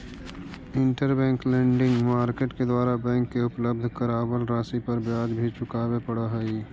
interbank lending market के द्वारा bank के उपलब्ध करावल राशि पर ब्याज भी चुकावे पड़ऽ हइ